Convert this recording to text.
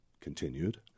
continued